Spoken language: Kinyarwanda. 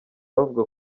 bavuga